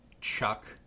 Chuck